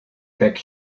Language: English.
beg